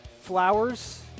Flowers